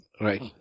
Right